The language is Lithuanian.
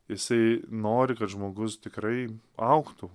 jisai nori kad žmogus tikrai augtų